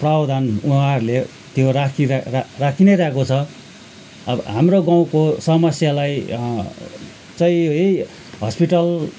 प्रावधान उहाँहरू ले त्यो राखेर राखि नै रहेको छ अब हाम्रो गाउँको समस्यालाई चाहिँ है हस्पिटल